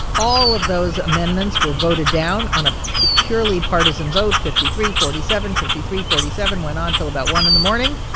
all of those amendments were voted down on a purely partisan vote fifty three forty seven, fifty three forty seven went on till about one in the morning.